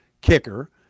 kicker